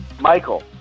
Michael